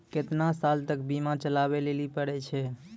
केतना साल तक बीमा चलाबै लेली पड़ै छै?